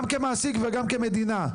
גם כמעסיק וגם כמדינה.